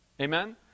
Amen